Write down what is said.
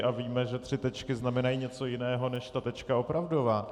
A víme, že tři tečky znamenají něco jiného než tečka opravdová.